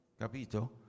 Capito